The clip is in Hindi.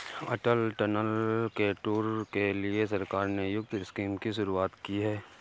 अटल टनल के टूर के लिए सरकार ने युवक स्कीम की शुरुआत की है